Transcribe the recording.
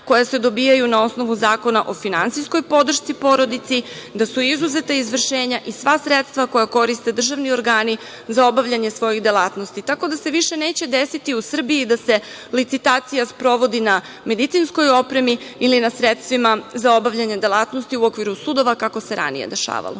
koja se dobijaju na osnovu Zakona o finansijskoj podršci porodici, da su izuzeta izvršenja i sva sredstva koja koriste državni organi za obavljanje svojih delatnosti, tako da se više neće desiti u Srbiji da se licitacija sprovodi na medicinskoj opremi ili na sredstvima za obavljanje delatnosti u okviru sudova, kako se ranije dešavalo.